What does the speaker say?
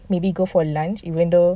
maybe go for lunch even though